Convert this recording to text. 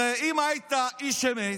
הרי אם היית איש אמת,